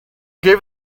gave